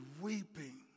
weeping